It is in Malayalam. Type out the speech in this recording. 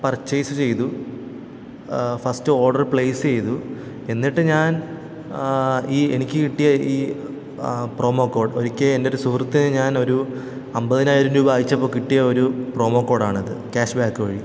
പർച്ചേസ് ചെയ്തു ഫസ്റ്റ് ഓർഡര് പ്ലേയ്സെയ്തു എന്നിട്ട് ഞാൻ ഈ എനിക്ക് കിട്ടിയ ഈ പ്രമോ കോഡ് ഒരിക്കല് എൻറ്റൊരു സുഹൃത്ത് ഞാനൊരു അമ്പതിനായിരം രൂപ അയച്ചപ്പോള് കിട്ടിയ ഒരു പ്രമോ കോഡാണത് ക്യാഷ് ബാക്ക് വഴി